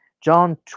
John